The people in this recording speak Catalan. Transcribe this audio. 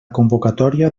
convocatòria